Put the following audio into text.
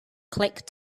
click